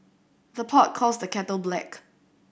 the pot calls the kettle black